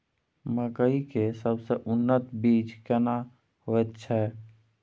मकई के सबसे उन्नत बीज केना होयत छै?